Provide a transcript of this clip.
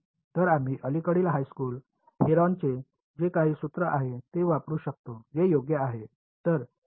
तर आम्ही अलीकडील हायस्कूल हेरॉनचे जे काही सूत्र आहे ते वापरू शकतो जे योग्य आहे